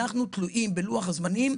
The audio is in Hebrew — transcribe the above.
אנחנו תלויים בלוח-הזמנים,